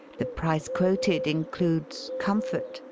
the price quoted includes comfort,